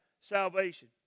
salvation